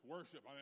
Worship